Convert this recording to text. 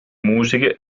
musiche